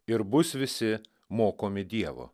ir bus visi mokomi dievo